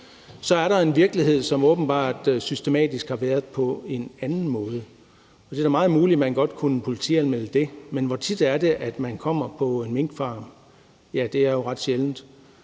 så er der en virkelighed, som åbenbart systematisk har været på en anden måde. Det er da meget muligt, at man godt kunne politianmelde det, men hvor tit er det, at man kommer på en minkfarm? Det er jo ret sjældent.